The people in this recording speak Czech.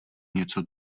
něco